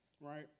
right